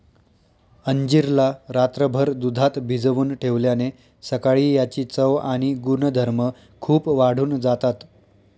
अंजीर ला रात्रभर दुधात भिजवून ठेवल्याने सकाळी याची चव आणि गुणधर्म खूप वाढून जातात